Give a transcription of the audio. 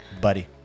Buddy